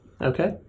Okay